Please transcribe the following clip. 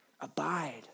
Abide